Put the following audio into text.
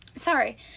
sorry